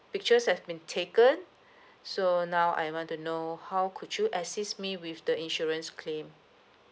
pictures have been taken so now I want to know how could you assist me with the insurance claim